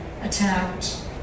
attacked